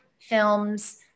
films